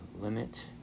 limit